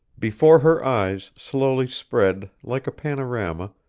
before her eyes slowly spread, like a panorama,